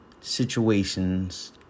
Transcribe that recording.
situations